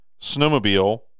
snowmobile